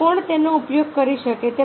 બીજું કોણ તેનો ઉપયોગ કરી શકે